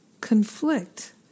conflict